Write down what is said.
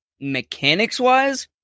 mechanics-wise